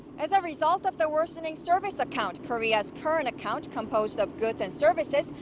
as a result of the worsening service account. korea's current account, composed of goods and services,